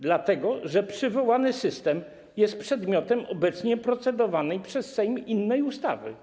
Dlatego że przywołany system jest przedmiotem innej obecnie procedowanej przez Sejm ustawy.